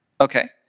Okay